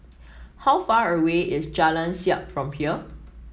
how far away is Jalan Siap from here